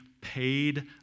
paid